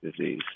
disease